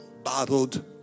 Bottled